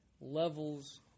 levels